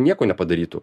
nieko nepadarytų